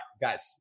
guys